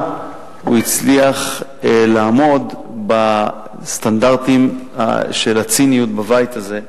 הוא הצליח לעמוד בסטנדרטים של הציניות בבית הזה,